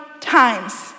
times